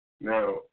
Now